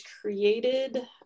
created